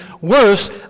worse